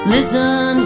Listen